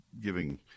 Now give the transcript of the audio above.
giving